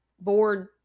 board